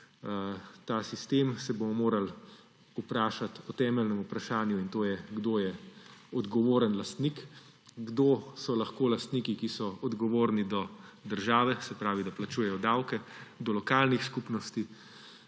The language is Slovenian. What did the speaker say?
ta sistem, se bomo morali vprašati o temeljnem vprašanju, in to je – Kdo je odgovoren lastnik? Kdo so lahko lastniki, ki so odgovorni do države, se pravi da plačujejo davke, do lokalnih skupnosti